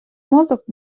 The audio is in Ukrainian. мозок